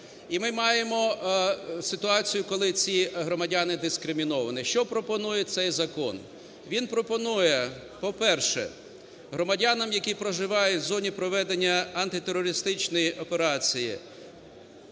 І ми маємо ситуацію, коли ці громадяни дискриміновані. Що пропонує цей закон? Він пропонує, по-перше, громадянам, які проживають в зоні проведення антитерористичної операції,